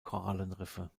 korallenriffe